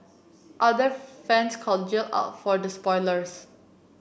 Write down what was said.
other fans called Jill out for the spoilers